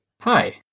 Hi